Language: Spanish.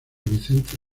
vicente